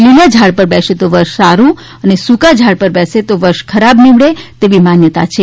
લીલાઝાડ પર બેસે તો વર્ષ સાડું અને સુકા ઝાડ પર બેસે તો વર્ષ ખરાબ નીવડે તેવી માન્યતા છે